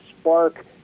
spark